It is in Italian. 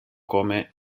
come